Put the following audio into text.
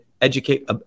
educate